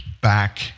back